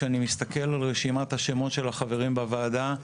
כשאני מסתכל על רשימת השמות של החברים בוועדה,